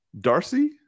Darcy